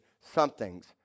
Somethings